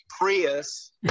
Prius